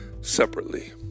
separately